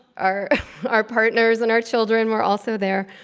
our our partners and our children were also there.